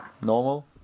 normal